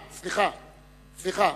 סליחה,